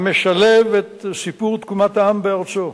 המשלב את סיפור תקומת העם בארצו,